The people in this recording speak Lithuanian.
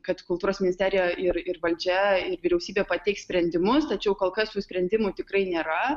kad kultūros ministerija ir ir valdžia ir vyriausybė pateiks sprendimus tačiau kol kas tų sprendimų tikrai nėra